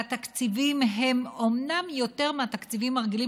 והתקציבים הם אומנם יותר מהתקציבים הרגילים